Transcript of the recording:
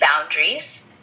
boundaries